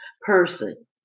person